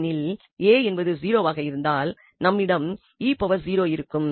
ஏனெனில் a என்பது 0 ஆக இருந்தால் நம்மிடம் இந்த e0 இருக்கும்